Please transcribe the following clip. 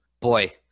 boy